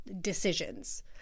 decisions